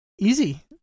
easy